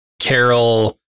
Carol